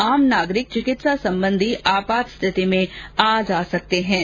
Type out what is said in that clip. आम नागरिक चिकित्सा संबंधी आपात स्थिति में आ जा सकेंगे